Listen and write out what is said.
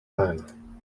ein